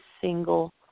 single